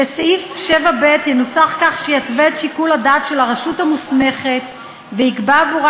שסעיף 7ב ינוסח כך שיתווה את שיקול הדעת של הרשות המוסמכת ויקבע עבורה